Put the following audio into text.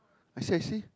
I see I see